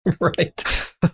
Right